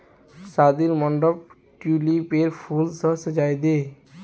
शादीर मंडपक ट्यूलिपेर फूल स सजइ दे